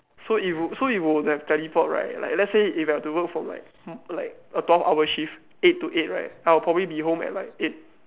so it would so it would have teleport right like let's say if you have to work for like mm like a twelve hour shift eight to eight right I will probably be home at like eight